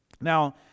Now